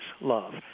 love